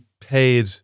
paid